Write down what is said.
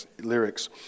lyrics